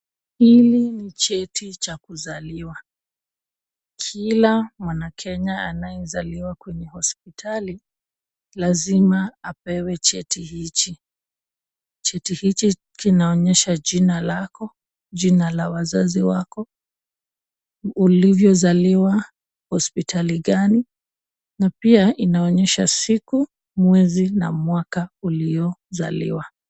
Hiki ni cheti cha kuzaliwa. Kila mwanakenya anayezaliwa kwenye hospitali lazima apewe cheti hiki. Cheti hiki kinaonyesha jina lako, jina la wazazi wako, ulipozaliwa, hospitali gani na pia inaonyesha siku , mwezi na mwaka uliozaliwa.